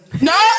no